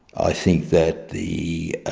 i think that the,